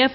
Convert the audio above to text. F